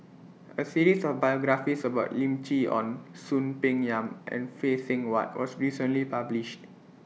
A series of biographies about Lim Chee Onn Soon Peng Yam and Phay Seng Whatt was recently published